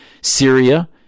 Syria